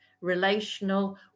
relational